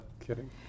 kidding